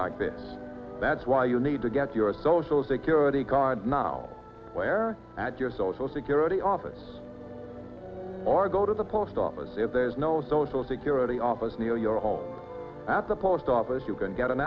like this that's why you need to get your social security card now where at your social security office or go to the post office if there's no social security office near your home at the post office you can get an